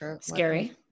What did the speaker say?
Scary